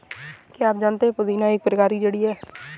क्या आप जानते है पुदीना एक प्रकार की जड़ी है